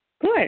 Good